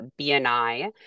BNI